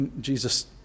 Jesus